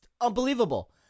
unbelievable